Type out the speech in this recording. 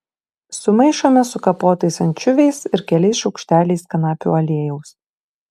sumaišome su kapotais ančiuviais ir keliais šaukšteliais kanapių aliejaus